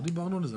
לא דיברנו על זה.